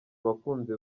abakunzi